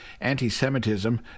anti-Semitism